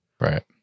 Right